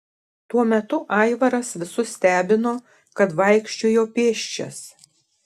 tuo metu aivaras visus stebino kad vaikščiojo pėsčias